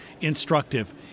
instructive